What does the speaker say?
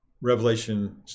revelation